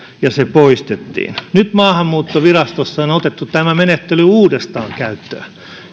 ja se poistettiin nyt maahanmuuttovirastossa on otettu tämä menettely uudestaan käyttöön